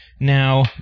Now